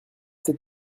sept